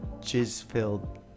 jizz-filled